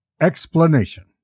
explanation